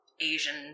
Asian